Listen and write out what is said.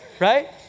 right